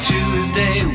Tuesday